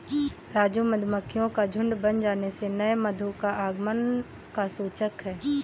राजू मधुमक्खियों का झुंड बन जाने से नए मधु का आगमन का सूचक है